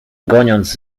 goniąc